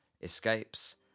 escapes